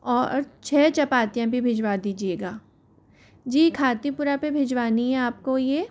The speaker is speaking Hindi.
और छः चपातियाँ भी भिजवा दीजिएगा जी खातीपुरा पर भिजवानी है आपको यह